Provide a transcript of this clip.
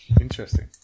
Interesting